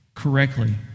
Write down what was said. correctly